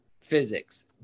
physics